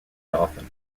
dothan